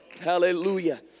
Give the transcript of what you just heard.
Hallelujah